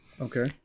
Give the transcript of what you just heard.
okay